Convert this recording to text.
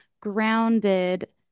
grounded